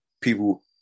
people